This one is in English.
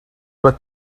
but